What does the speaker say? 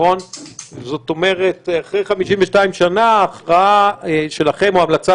זאת אומרת שאחרי 52 שנה ההכרעה שלכם או ההמלצה